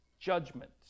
judgment